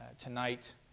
tonight